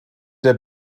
der